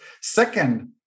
Second